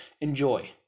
enjoy